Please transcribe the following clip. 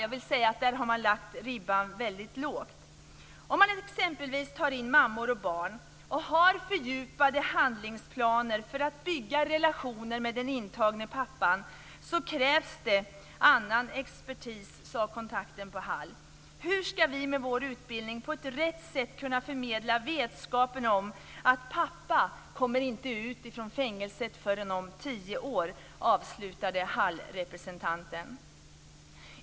Jag vill säga att där har man satt ribban väldigt lågt. Om man exempelvis tar in mammor och barn och har fördjupade handlingsplaner för att bygga relationer med den intagne pappan krävs det annan expertis, sade kontakten på Hall. Hur ska vi med vår utbildning på rätt sätt kunna förmedla vetskapen om att pappan inte kommer ut från fängelset förrän om tio år? avslutade Hallrepresentanten.